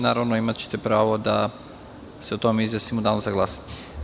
Naravno, imaćete pravo da se o tome izjasnimo u Danu za glasanje.